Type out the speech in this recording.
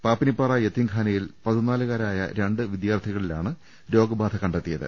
പാപ്പിനിപ്പാറ യത്തീംഖാനയിൽ പതിനാലുകാരായ രണ്ട് വിദ്യാർത്ഥികളിലാണ് രോഗബാധ കണ്ടെത്തിയത്